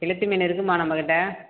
கெளுத்தி மீன் இருக்குதும்மா நம்மக்கிட்ட